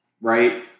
right